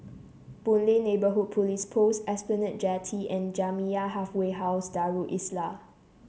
Boon Lay Neighbourhood Police Post Esplanade Jetty and Jamiyah Halfway House Darul Islah